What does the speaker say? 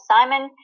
Simon